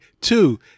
Two